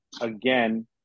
again